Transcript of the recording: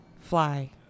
fly